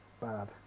bad